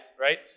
right